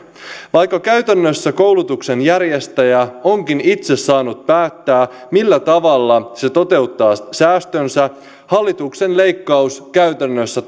vaikka käytännössä koulutuksenjärjestäjä onkin itse saanut päättää millä tavalla toteuttaa säästönsä hallituksen leikkaus käytännössä